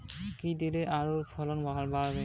কী দিলে আলুর ফলন বাড়বে?